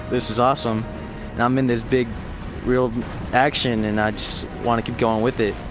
this is awesome and i'm in this big real action and i just want to keep going with it.